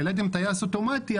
העליתם טייס אוטומטי,